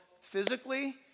physically